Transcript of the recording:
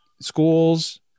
schools